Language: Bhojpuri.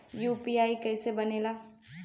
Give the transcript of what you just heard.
यू.पी.आई कईसे बनेला?